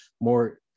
more